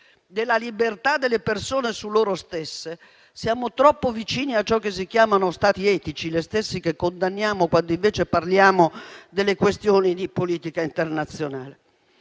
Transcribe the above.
della libertà delle persone su loro stesse siamo troppo vicini a ciò che si chiama Stato etico, lo stesso che condanniamo quando invece parliamo di questioni di politica internazionale.